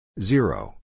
Zero